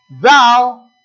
Thou